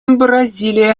бразилия